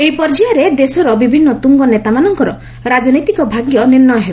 ଏହି ପର୍ଯ୍ୟାୟରେ ଦେଶର ବିଭିନ୍ନ ତୁଙ୍ଗ ନୋତାମାନଙ୍କର ରାଜନୈତିକ ଭାଗ୍ୟ ନିର୍ଷ୍ଣୟ ହେବ